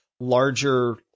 larger